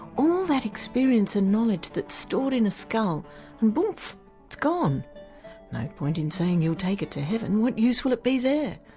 all that experience and knowledge that's stored in a skull and boomf it's gone. no point in saying you'll take it to heaven, what use will it be there?